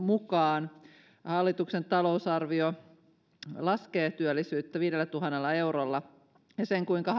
mukaan hallituksen talousarvio laskee työllisyyttä viidellätuhannella työllisellä ja sen kuinka